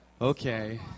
Okay